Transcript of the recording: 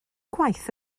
gwaith